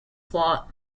plot